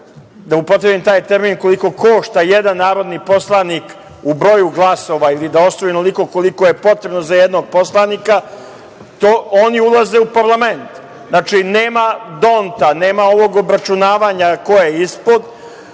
da upotrebim taj termin, koliko košta jedan narodni poslanik u broju glasova ili da osvoji onoliko koliko je potrebno za jednog poslanika, oni ulaze u parlament. Znači, nema Donta, nema ovog obračunavanja ko je ispod